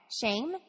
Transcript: shame